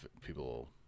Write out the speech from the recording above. people